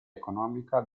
economica